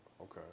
Okay